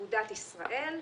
אגודת ישראל,